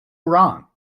wrong